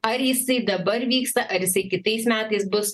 ar jisai dabar vyksta ar jisai kitais metais bus